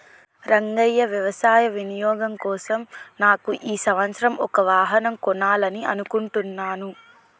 రంగయ్య వ్యవసాయ వినియోగం కోసం నాకు ఈ సంవత్సరం ఒక వాహనం కొనాలని అనుకుంటున్నాను